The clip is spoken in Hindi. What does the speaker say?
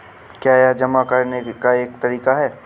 क्या यह जमा करने का एक तरीका है?